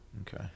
Okay